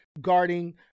guarding